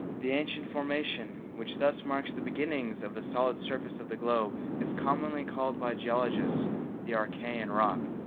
the ancient formation which thus marks the beginnings of the solid surface of the globe is commonly called by geologists the archaean rock,